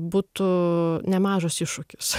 būtų nemažas iššūkis